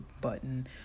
button